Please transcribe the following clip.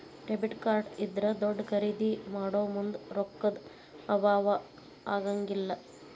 debit card ಇದ್ರಾ ದೊಡ್ದ ಖರಿದೇ ಮಾಡೊಮುಂದ್ ರೊಕ್ಕಾ ದ್ ಅಭಾವಾ ಆಗಂಗಿಲ್ಲ್